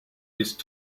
these